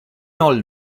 old